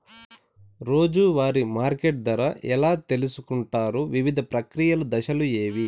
రోజూ వారి మార్కెట్ ధర ఎలా తెలుసుకొంటారు వివిధ ప్రక్రియలు దశలు ఏవి?